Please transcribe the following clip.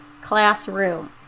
classroom